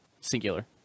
Singular